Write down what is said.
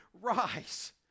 rise